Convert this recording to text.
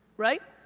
right?